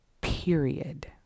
period